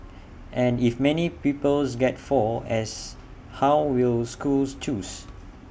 and if many pupils get four as how will schools choose